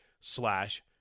slash